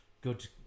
good